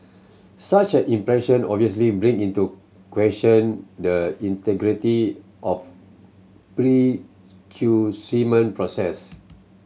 such an impression obviously bring into question the integrity of process